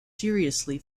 seriously